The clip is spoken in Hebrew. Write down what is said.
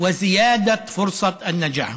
ומגביר את סיכויי ההצלחה,